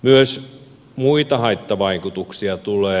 myös muita haittavaikutuksia tulee